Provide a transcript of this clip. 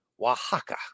Oaxaca